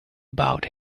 about